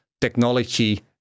technology